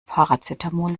paracetamol